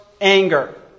anger